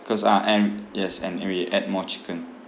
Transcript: cause uh and yes and and we add more chicken